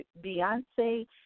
Beyonce